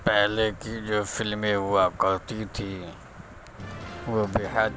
پہلے کی جو فلمیں ہوا کرتی تھیں وہ بےحد